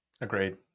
Agreed